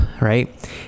Right